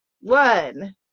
one